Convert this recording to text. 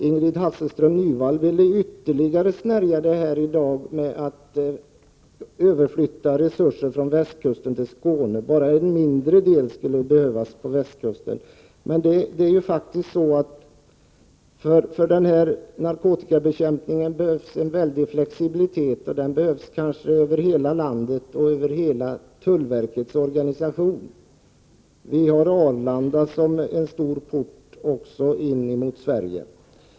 Ingrid Hasselström Nyvall vill åstadkomma ytterligare begränsningar genom en överflyttning av resurser från västkusten till Skåne. Bara en mindre del av resurserna skulle behövas på västkusten. Men det behövs faktiskt en väldigt stor flexibilitet beträffande narkotikabekämpningen. Det gäller kanske hela landet och hela tullverkets organisation. Arlanda är också en stor port in till Sverige.